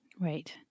Right